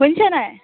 শুনিছে নাই